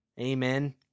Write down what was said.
Amen